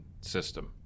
system